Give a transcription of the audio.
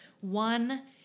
One